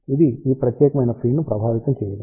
కాబట్టి ఇది ఈ ప్రత్యేకమైన ఫీడ్ను ప్రభావితం చేయదు